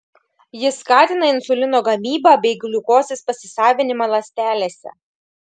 jis skatina insulino gamybą bei gliukozės pasisavinimą ląstelėse